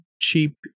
cheap